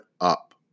up